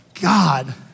God